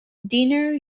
dinner